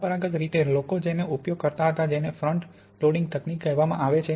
પરંપરાગત રીતે લોકો જેને ઉપયોગ કરતા હતા જેને ફ્રન્ટ લોડિંગ તકનીક કહેવામાં આવે છે